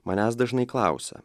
manęs dažnai klausia